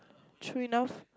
train off